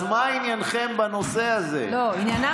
אז מה עניינכם בנושא הזה?